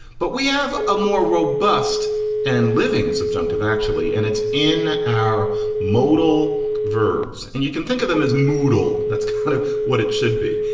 but we have a more robust and living subjunctive, actually, and it's in our modal verbs. and you can think of them as moodle. that's kind of what it should be.